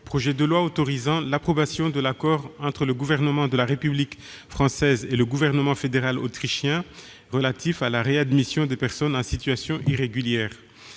nationale, autorisant l'approbation de l'accord entre le Gouvernement de la République française et le Gouvernement fédéral autrichien relatif à la réadmission des personnes en situation irrégulière